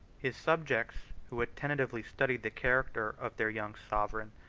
his subjects, who attentively studied the character of their young sovereign,